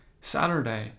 Saturday